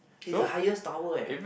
it's a highest tower eh